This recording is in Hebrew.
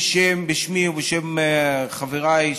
בשמי ובשם חבריי,